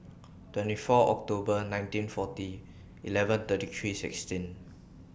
twenty four October nineteen forty eleven thirty three sixteen